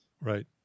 Right